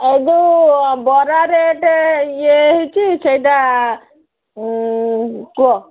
ଏଇ ଯୋ ବରା ରେଟ୍ ଇଏ ହେଇଛି ସେଇଟା କୁହ